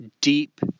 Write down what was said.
deep